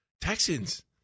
Texans